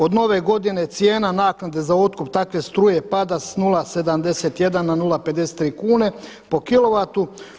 Od nove godine cijena naknade za otkup takve struje pada s 0,71 na 0,53 kune po kilovatu.